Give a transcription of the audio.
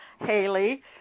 Haley